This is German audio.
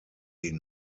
sie